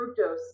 fructose